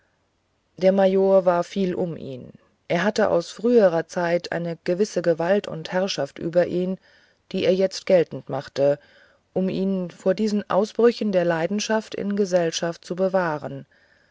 der major war viel um ihn er hatte aus früherer zeit eine gewisse gewalt und herrschaft über ihn die er jetzt geltend machte um ihn vor diesen ausbrüchen der leidenschaft in gesellschaft zu bewahren